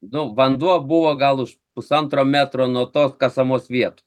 nu vanduo buvo gal už pusantro metro nuo tos kasamos vietos